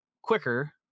quicker